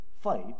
fight